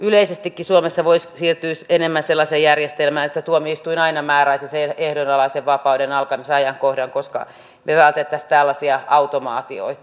yleisestikin suomessa voisi siirtyä enemmän sellaiseen järjestelmään että tuomioistuin aina määräisi sen ehdonalaisen vapauden alkamisajankohdan koska me välttäisimme tällaisia automaatioita